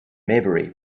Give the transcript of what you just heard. maybury